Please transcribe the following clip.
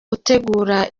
utegura